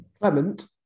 Clement